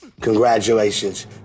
Congratulations